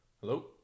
Hello